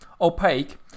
opaque